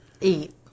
eat